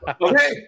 Okay